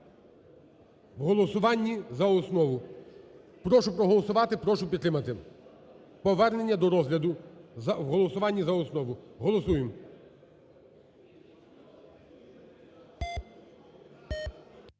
в голосуванні за основу. Прошу проголосувати, прошу підтримати повернення до розгляду в голосуванні за основу, голосуємо.